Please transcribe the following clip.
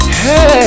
hey